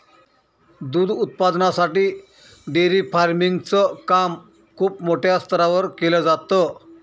दूध उत्पादनासाठी dairy farming च काम खूप मोठ्या स्तरावर केल जात